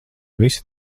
visi